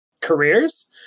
careers